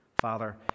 Father